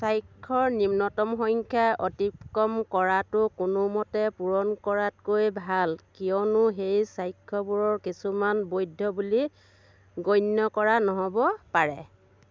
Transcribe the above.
স্বাক্ষৰ নিম্নতম সংখ্যা অতিক্ৰম কৰাটো কোনোমতে পূৰণ কৰাতকৈ ভাল কিয়নো সেই স্বাক্ষৰবোৰৰ কিছুমান বৈধ বুলি গণ্য কৰা নহ'ব পাৰে